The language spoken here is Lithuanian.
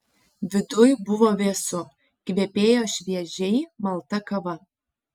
viduj buvo vėsu kvepėjo šviežiai malta kava